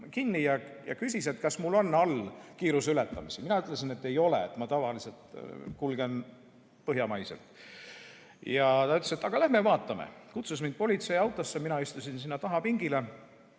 kinni ja küsis, kas mul on varasemaid kiiruseületamisi. Mina ütlesin, et ei ole, ma tavaliselt kulgen põhjamaiselt. Ta ütles, et aga lähme vaatame. Ta kutsus mind politseiautosse. Mina istusin sinna taha pingile